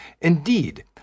Indeed